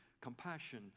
compassion